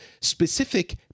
specific